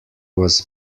was